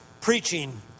preaching